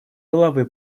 головы